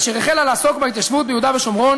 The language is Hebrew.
אשר החלה לעסוק בהתיישבות ביהודה ושומרון